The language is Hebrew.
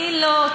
אני לא,